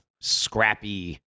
scrappy